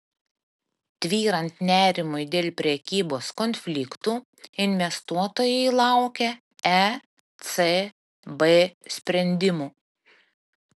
tvyrant nerimui dėl prekybos konfliktų investuotojai laukia ecb sprendimų